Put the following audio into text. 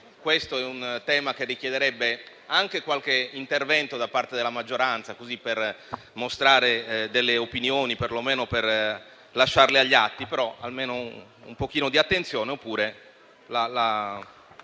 questo è un tema che richiederebbe anche qualche intervento da parte della maggioranza, per mostrare delle opinioni, perlomeno per lasciarle agli atti, però si abbia almeno un pochino di attenzione, oppure la